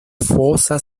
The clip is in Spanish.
fosa